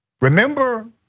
Remember